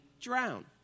drown